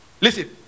listen